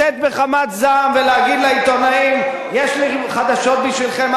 לצאת בחמת זעם ולהגיד לעיתונאים: יש לי חדשות בשבילכם,